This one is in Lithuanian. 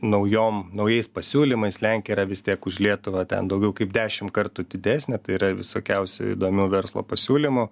naujom naujais pasiūlymais lenkija yra vis tiek už lietuvą ten daugiau kaip dešim kartų didesnė tai yra visokiausių įdomių verslo pasiūlymų